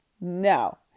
No